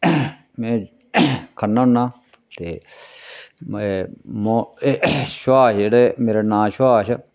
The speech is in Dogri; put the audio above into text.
में खन्ना होन्ना ते ते शभाष जेह्ड़े मेरा नांऽ शभाष